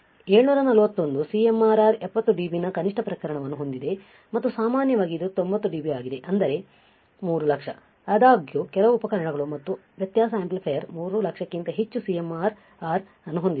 741 CMRR 70 dB ನ ಕನಿಷ್ಟ ಪ್ರಕರಣವನ್ನು ಹೊಂದಿದೆ ಮತ್ತು ಸಾಮಾನ್ಯವಾಗಿ ಇದು 90 dB ಆಗಿದೆ ಅಂದರೆ 300000 ಆದಾಗ್ಯೂ ಕೆಲವು ಉಪಕರಣಗಳು ಮತ್ತು ವ್ಯತ್ಯಾಸ ಆಂಪ್ಲಿಫೈಯರ್ 300000 ಕ್ಕಿಂತ ಹೆಚ್ಚು CMRR ನ್ನು ಹೊಂದಿದೆ